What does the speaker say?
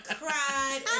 cried